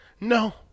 No